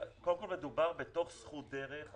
קודם כול, מדובר בתוך זכות דרך.